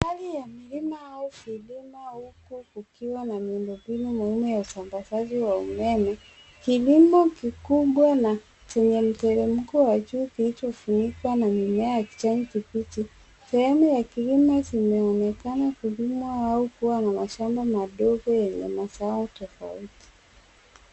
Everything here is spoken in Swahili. Hali ya milima au vilima huku kukiwa na miundo mbinu namna ya usambazaji wa umeme, kilimo kikubwa na chenye mteremko wa juu kilichofunikwa na mmea Jane Kibiti. Sehemu ya kilimo zimeonekana kulimwa au kuwa na mashamba madogo yenye mazao tofauti.